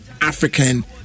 African